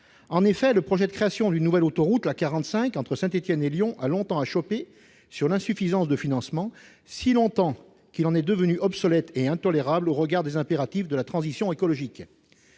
En effet, le projet de création d'une nouvelle autoroute, l'A 45, entre Saint-Étienne et Lyon a longtemps achoppé sur l'insuffisance du financement, si longtemps qu'il en est devenu obsolète et inacceptable au regard des impératifs de la transition écologique.